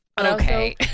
okay